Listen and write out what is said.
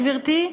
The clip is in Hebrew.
גברתי,